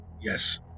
Yes